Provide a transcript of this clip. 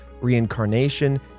reincarnation